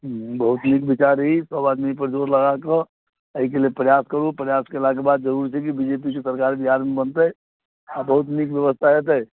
बहुत नीक विचार अइ ई सब आदमी अइपर जोर लगाके अइके लेल प्रयास करू प्रयास करैके बाद जरूर छै बी जे पी के सरकार बिहारमे बनतै आओर बहुत नीक व्यवस्था हेतै